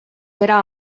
era